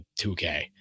2K